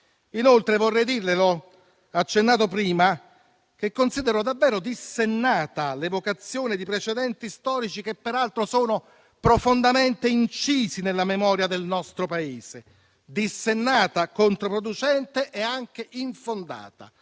Inoltre vorrei dirle - l'ho accennato prima - che considero davvero dissennata l'evocazione di precedenti storici, che peraltro sono profondamente incisi nella memoria del nostro Paese: dissennata, controproducente e anche infondata.